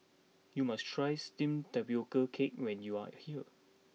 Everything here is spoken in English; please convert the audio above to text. you must try Steamed Tapioca Cake when you are here